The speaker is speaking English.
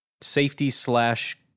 safety-slash-